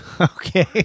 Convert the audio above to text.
Okay